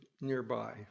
nearby